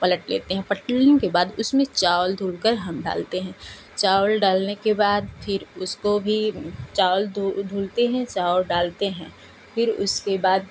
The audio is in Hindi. पलट लेते हैं पलटने के बाद उसमें चावल धुल कर हम डालते हैं चावल डालने के बाद फिर उसको भी चावल धु धुलते हैं चावल डालते हैं फिर उसके बाद